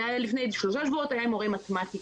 ולפני שלושה שבועות זה היה עם מורי מתמטיקה.